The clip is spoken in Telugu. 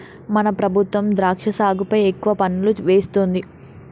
మన ప్రభుత్వం ద్రాక్ష సాగుపై ఎక్కువ పన్నులు వేస్తుంది